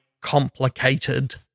complicated